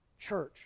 church